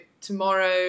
tomorrow